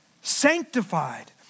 sanctified